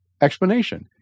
explanation